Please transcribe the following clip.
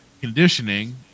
conditioning